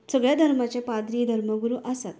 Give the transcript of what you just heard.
सगळ्या धर्माचे पाद्री धर्मगुरू आसात